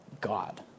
God